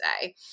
say